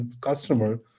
customer